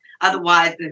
Otherwise